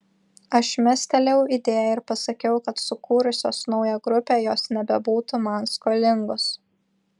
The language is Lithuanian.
aš mestelėjau idėją ir pasakiau kad sukūrusios naują grupę jos nebebūtų man skolingos